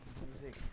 music